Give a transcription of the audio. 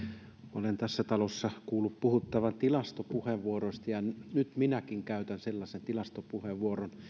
olen tässä talossa kuullut puhuttavan tilastopuheenvuoroista ja nyt minäkin käytän sellaisen tilastopuheenvuoron